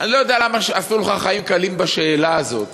אני לא יודע למה עשו לך חיים קלים בשאלה הזאת,